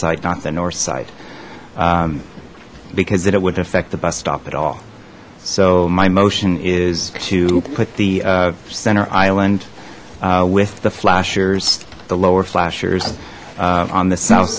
side not the north side because that it would affect the bus stop at all so my motion is to put the center island with the flashers the lower flashers on the south